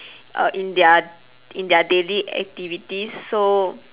err in their in their daily activities so